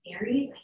Aries